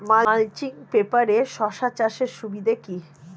Mulching পেপারে শসা চাষের সুবিধা কি?